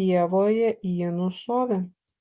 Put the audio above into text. pievoje jį nušovė